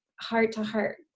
heart-to-heart